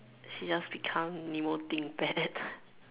she just become Nemo Thinkpad